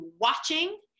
watching